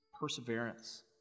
perseverance